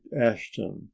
ashton